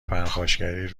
پرخاشگری